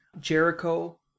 Jericho